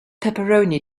pepperoni